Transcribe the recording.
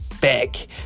back